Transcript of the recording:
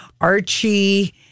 Archie